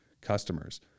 customers